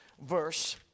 verse